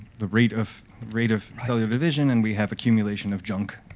the rate of rate of cellular division, and we have accumulation of junk